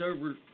over